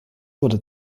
wurde